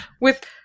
with-